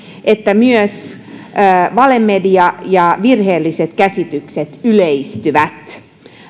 että valemedia ja virheelliset käsitykset yleistyvät